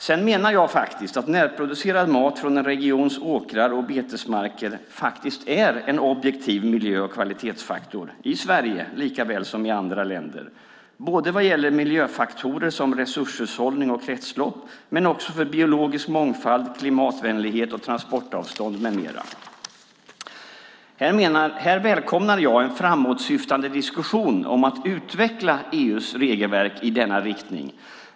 Vidare menar jag att närproducerad mat från en regions åkrar och betesmarker faktiskt är en objektiv miljö och kvalitetsfaktor i Sverige likaväl som i andra länder vad gäller miljöfaktorer som resurshushållning och kretslopp men också för biologisk mångfald, klimatvänlighet, transportavstånd med mera. Här välkomnar jag en framåtsyftande diskussion om att utveckla EU:s regelverk i denna riktning.